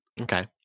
Okay